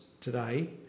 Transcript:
today